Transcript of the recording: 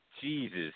Jesus